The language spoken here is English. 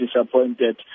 disappointed